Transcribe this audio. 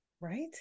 right